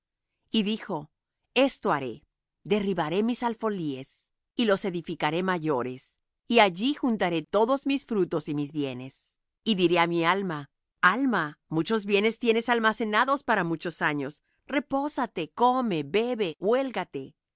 y dijo esto haré derribaré mis alfolíes y los edificaré mayores y allí juntaré todos mis frutos y mis bienes y diré á mi alma alma muchos bienes tienes almacenados para muchos años repósate come bebe huélgate y